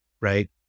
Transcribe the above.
right